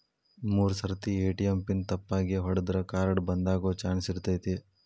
ಮೂರ್ ಸರ್ತಿ ATM PIN ತಪ್ಪಾಗಿ ಹೊಡದ್ರ ಕಾರ್ಡ್ ಬಂದಾಗೊ ಚಾನ್ಸ್ ಇರ್ತೈತಿ